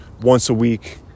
once-a-week